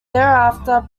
thereafter